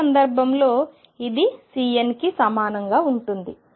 ఈ సందర్భంలో ఇది Cn కి సమానంగా ఉంటుంది